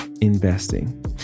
investing